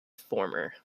former